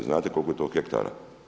Znate koliko je to hektara?